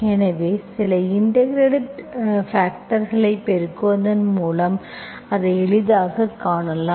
எனவே சில இன்டெகிரெடிங் பாக்டர்களைப் பெருக்குவதன் மூலம் எனவே அதை எளிதாகக் காணலாம்